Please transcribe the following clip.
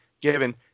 Given